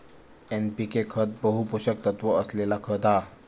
NPK खत बहु पोषक तत्त्व असलेला खत हा